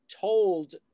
told